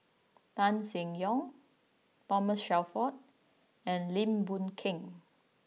Tan Seng Yong Thomas Shelford and Lim Boon Keng